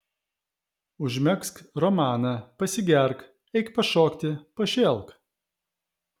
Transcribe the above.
užmegzk romaną pasigerk eik pašokti pašėlk